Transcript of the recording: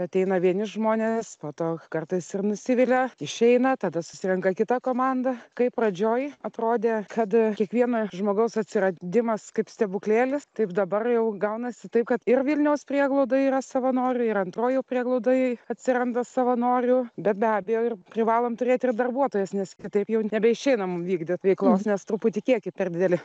ateina vieni žmonės po to kartais ir nusivilia išeina tada susirenka kita komanda kaip pradžioj atrodė kad kiekvieno žmogaus atsiradimas kaip stebuklėlis taip dabar jau gaunasi taip kad ir vilniaus prieglaudoj yra savanorių ir antroj jau prieglaudoj atsiranda savanorių bet be abejo ir privalom turėti ir darbuotojas nes kitaip jau nebeišeina mum vykdyt veiklos nes truputį kiekiai per dideli